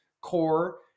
core